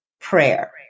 Prayer